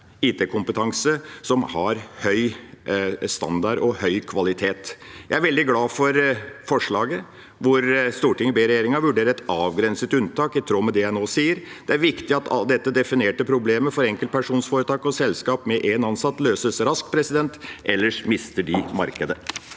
IT-kompetanse som har høy standard og høy kvalitet. Jeg er veldig glad for forslaget hvor Stortinget ber regjeringa vurdere et avgrenset unntak i tråd med det NHO sier. Det er viktig at dette definerte problemet for enkeltpersonforetak og selskaper med én ansatt løses raskt, ellers mister de markedet.